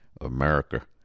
america